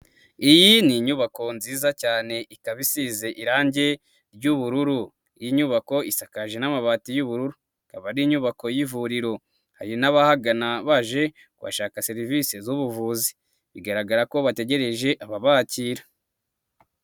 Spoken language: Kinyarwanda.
Iyi ni inyubako nziza cyane, ikaba isize irangi ry'ubururu, iyi nyubako isakaje n'amabati y'ubururu, akaba ari inyubako y'ivuriro, hari n'abahagana baje gushaka serivisi z'ubuvuzi, bigaragara ko bategereje ababakira.